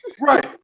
Right